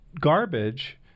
garbage